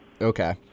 Okay